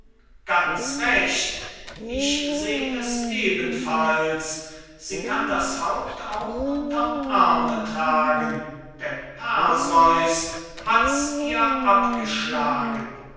ganz recht ich seh es ebenfalls sie kann das haupt auch unterm arme tragen denn perseus hat's ihr abgeschlagen